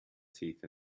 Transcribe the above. teeth